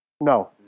No